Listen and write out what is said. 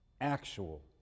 Actual